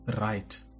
right